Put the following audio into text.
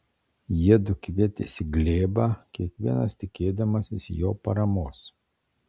jiedu kvietėsi glėbą kiekvienas tikėdamasis jo paramos